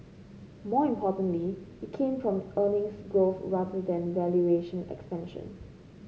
more importantly it came from earnings growth rather than valuation expansion